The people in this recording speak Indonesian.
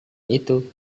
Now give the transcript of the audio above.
itu